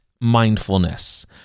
mindfulness